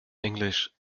englisch